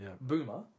Boomer